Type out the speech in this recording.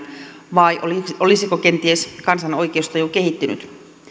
vai olisiko kenties kansan oikeustaju kehittynyt